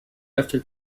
after